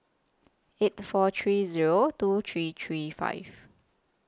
eight four three Zero two three three five